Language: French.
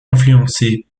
influencé